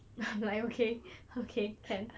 no I okay okay can